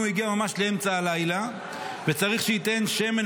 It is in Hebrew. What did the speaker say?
אם הוא הגיע ממש לאמצע הלילה "וצריך שייתן שמן